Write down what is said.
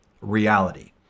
reality